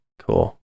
Cool